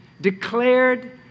declared